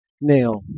nail